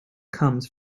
comes